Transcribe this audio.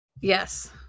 yes